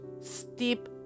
steep